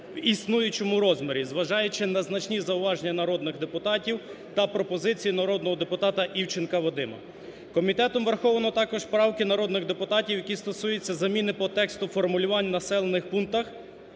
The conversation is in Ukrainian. в існуючому розмірі, зважаючи на значні зауваження народних депутатів та пропозиції народного депутата Івченка Вадима. Комітетом враховано також правки народних депутатів, які стосуються заміни по тексту формулювань населених пунктів,